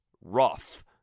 rough